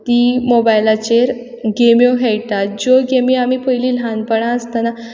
ती मोबायलाचेर गेम्यो खेयटात ज्यो गेम्यो आमी पयलीं ल्हानपणा आसतना